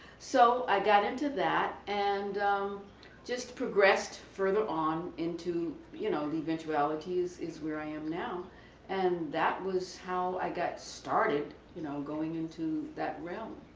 so i got into that and just progressed further on into you know the eventualities is where i am now and that was how i got started you know going into that realm.